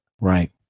right